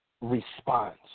response